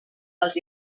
dels